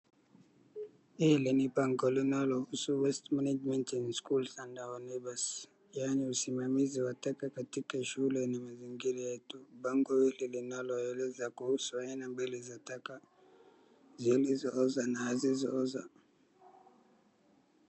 Hili ni bango linalohusu Waste Management in Schools & Our neighbours . Yaani usimamizi wa taka katika shule na mazingira yetu. Bango hili linaloeleza kuhusu aina mbali za taka, zinazooza na zisizooza.